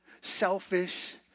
selfish